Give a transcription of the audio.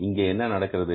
இங்கே என்ன நடக்கிறது